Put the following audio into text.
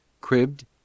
cribbed